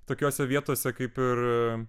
tokiose vietose kaip ir